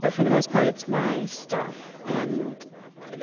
but for the most part, it's my stuff. and